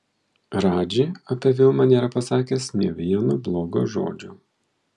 radži apie vilmą nėra pasakęs nė vieno blogo žodžio